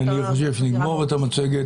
נסיים את המצגת,